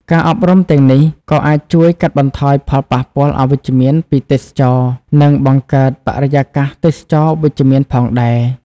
ការអប់រំទាំងនេះក៏អាចជួយកាត់បន្ថយផលប៉ះពាល់អវិជ្ជមានពីទេសចរណ៍និងបង្កើតបរិយាកាសទេសចរណ៍វិជ្ជមានផងដែរ។